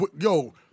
yo